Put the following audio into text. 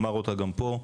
אמר אותה גם פה: